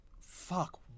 fuck